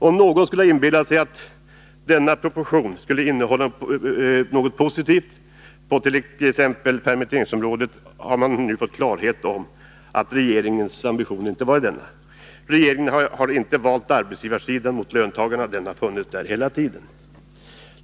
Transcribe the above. Om någon skulle ha inbillat sig att denna proposition skulle innehålla något positivt på t.ex. permitteringsområdet har man nu fått klarhet om att detta inte varit regeringens ambitioner. Regeringen har inte valt arbetsgivarsidan mot löntagarna. Den tycks hela tiden ha haft samma inställning som nu.